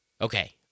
Okay